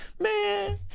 man